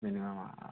minimum আৰু অঁ